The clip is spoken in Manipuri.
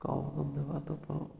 ꯀꯥꯎ ꯉꯝꯗꯕ ꯑꯇꯣꯞꯄ